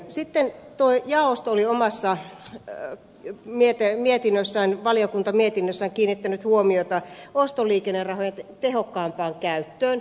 sitten jaosto oli omassa lämpö ja mietteen mietinnössään valiokunta valiokuntamietinnössään kiinnittänyt huomiota ostoliikennerahojen tehokkaampaan käyttöön